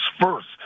first